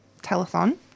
telethon